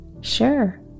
Sure